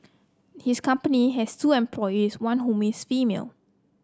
his company has two employees one whom is female